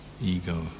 ego